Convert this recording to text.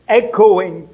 echoing